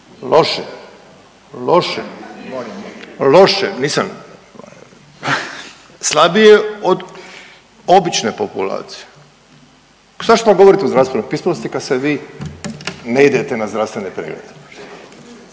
loše, loše, loše, slabije od obične populacije. Zašto onda govorite o zdravstvenoj pismenosti kad se vi ne idete na zdravstvene preglede.